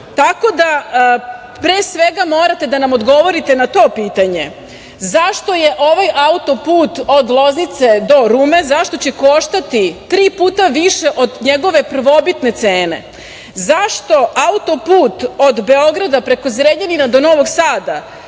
Lamanša. Pre svega, morate da nam odgovorite na to pitanje zašto će ovaj auto-put od Loznice do Rume koštati tri puta više od njegove prvobitne cene? Zašto auto-put od Beograda preko Zrenjanina do Novog Sada